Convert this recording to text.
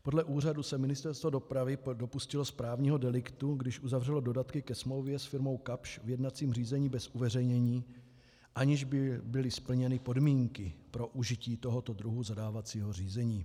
Podle úřadu se Ministerstvo dopravy dopustilo správního deliktu, když uzavřelo dodatky ke smlouvě s firmou Kapsch v jednacím řízení bez uveřejnění, aniž by byly splněny podmínky pro užití tohoto druhu zadávacího řízení.